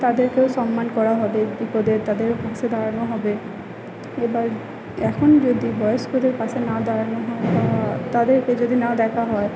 তাদেরকেও সন্মান করা হবে বিপদে তাদের পাশে দাঁড়ানো হবে এবার এখন যদি বয়স্কদের পাশে না দাঁড়ানো হয় তাদেরকে যদি না দেখা হয়